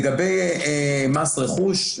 לגבי מס רכוש,